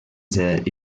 centre